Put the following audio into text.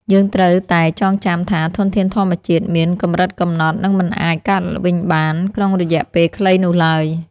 យើងត្រូវតែចងចាំថាធនធានធម្មជាតិមានកម្រិតកំណត់ និងមិនអាចកើតឡើងវិញបានក្នុងរយៈពេលខ្លីនោះឡើយ។